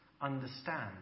understand